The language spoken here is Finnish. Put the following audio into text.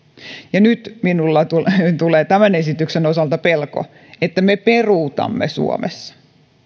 ja nyt minulle tulee tämän esityksen osalta pelko että me peruutamme suomessa